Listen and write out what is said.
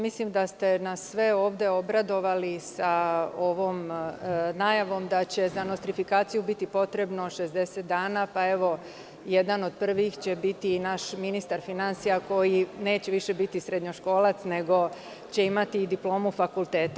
Mislim da ste nas sve ovde obradovali sa ovom najavom da će za nostrifikaciju biti potrebno 60 dana, pa evo, jedan od prvih će biti i naš ministar finansija koji neće više biti srednjoškolac nego će imati i diplomu fakulteta.